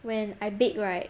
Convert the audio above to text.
when I bake right